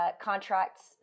contracts